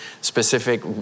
specific